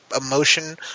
emotion